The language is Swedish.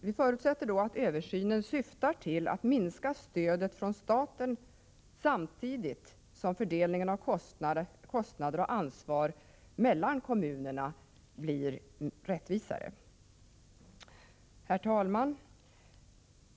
Vi förutsätter då att översynen syftar till att minska stödet från staten, samtidigt som fördelningen av kostnader och ansvar mellan kommunerna blir rättvisare. Herr talman!